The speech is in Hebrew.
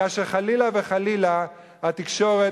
כאשר חס וחלילה התקשורת,